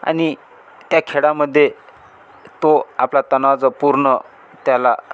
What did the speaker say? आणि त्या खेळामध्ये तो आपला तनाव जो पूर्ण त्याला